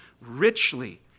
richly